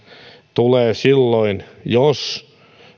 tulee silloin jos tämä